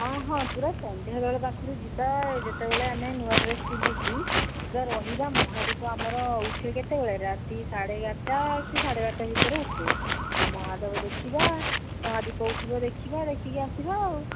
ହଁ ହଁ ପୁରା ସନ୍ଧ୍ୟାବେଳ ପାଖରୁ ଯିବା ଯେତେବେଳେ ଆମେ ନୂଆ ଡ୍ରେସ୍ ପିନ୍ଧିକି ପୁରା ରହିବା ମହାଦୀପ ଆମର ଉଠେ କେତେବେଳେ ରାତି ସାଢ଼େ ଏଗାରଟା କି ସାଢ଼େ ବାରଟା ଭିତେରେ ଉଠେ ଆ ମହାଦେବ ଦେଖିବା ମହାଦୀପ ଉଠିବ ଦେଖିବା ଦେଖିକି ଆସିବା ଆଉ